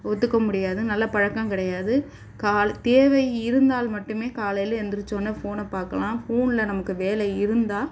ஒத்துக்க முடியாது நல்ல பழக்கம் கிடையாது கால் தேவை இருந்தால் மட்டுமே காலையில் எழுந்திரிச்சவொன்னே ஃபோனை பார்க்கலாம் ஃபோனில் நமக்கு வேலை இருந்தால்